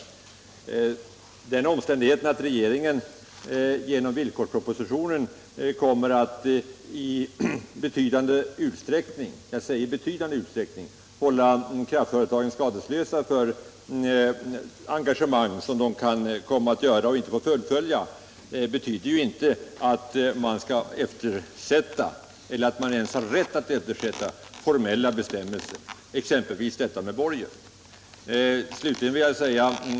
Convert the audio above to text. tioner m.m. Den omständigheten att regeringen enligt villkorspropositionen i betydande utsträckning skall hålla kraftföretag skadeslösa för engagemang som de kan komma att gå in i utan att få fullfölja betyder inte att man skall eller ens har rätt att eftersätta formella bestämmelser, exempelvis borgensbestämmelsen.